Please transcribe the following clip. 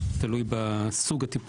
יכול להיות שנה וחצי תלוי בסוג הטיפול,